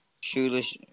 Shoeless